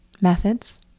methods